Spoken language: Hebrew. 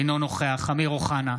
אינו נוכח אמיר אוחנה,